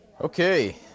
okay